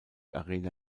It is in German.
arena